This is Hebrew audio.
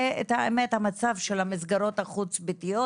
את האמת, המצב של המסגרות החוץ ביתיות,